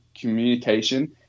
communication